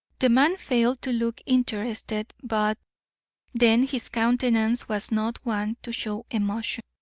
the man failed to look interested. but then his countenance was not one to show emotion.